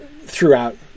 throughout